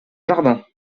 jardin